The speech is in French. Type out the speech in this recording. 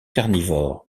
carnivores